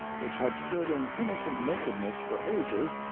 which had stood in innocent nakedness for ages,